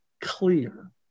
clear